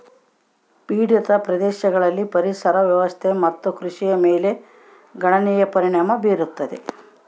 ಪೀಡಿತ ಪ್ರದೇಶದಲ್ಲಿ ಪರಿಸರ ವ್ಯವಸ್ಥೆ ಮತ್ತು ಕೃಷಿಯ ಮೇಲೆ ಗಣನೀಯ ಪರಿಣಾಮ ಬೀರತದ